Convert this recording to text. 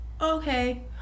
okay